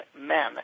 men